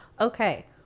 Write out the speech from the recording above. Okay